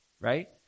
Right